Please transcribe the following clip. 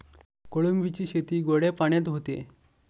कोळंबीची शेती गोड्या पाण्यात होते